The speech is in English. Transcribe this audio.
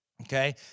okay